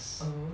mmhmm